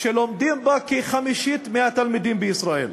שלומדים בה כחמישית מהתלמידים בישראל.